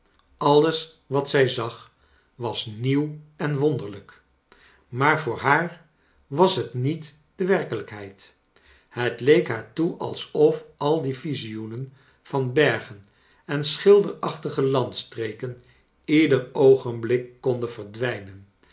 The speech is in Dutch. alles wat zij zag was nienw en wonderlijk maar voor haar was het niet de werkelijkheid het leek haar toe alsof al die vizioenen van bergen en schilderachtige landstreken ieder oogenblik konden verdwijnen